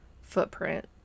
footprint